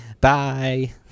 bye